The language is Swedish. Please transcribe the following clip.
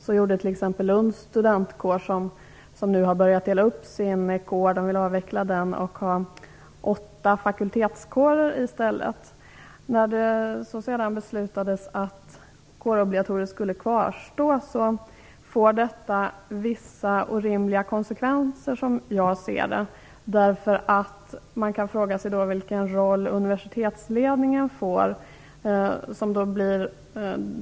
Så gjorde t.ex. Lunds studentkår, som nu har börjat dela upp sin kår. Man vill avveckla denna och i stället ha åtta fakultetskårer. Det därefter fattade beslutet att kårobligatoriet skall kvarstå får, som jag ser det, vissa orimliga konsekvenser. Man kan fråga sig vilken roll universitetsledningen får.